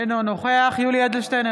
אינו נוכח יולי יואל אדלשטיין,